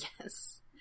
Yes